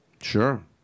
Sure